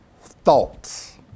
thoughts